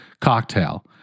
cocktail